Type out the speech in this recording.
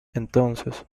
entonces